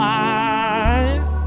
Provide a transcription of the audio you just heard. life